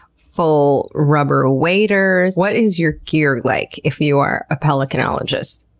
full rubber waders? what is your gear like if you are a pelicanologist?